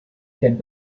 can